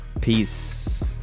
peace